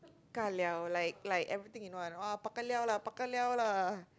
ka-liao like like everything you know like bao-ka-liao lah bao-ka-liao lah